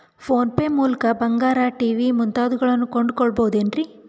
Phone pay ಮೂಲಕ ಬಂಗಾರ, TV ಮುಂತಾದವುಗಳನ್ನ ಕೊಂಡು ಕೊಳ್ಳಬಹುದೇನ್ರಿ?